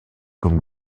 comme